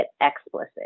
explicit